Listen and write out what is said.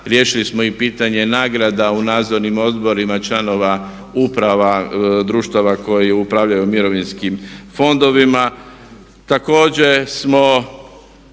riješili smo i pitanje nagrada u nadzornim odborima članova uprava društava koji upravljaju mirovinskim fondovima.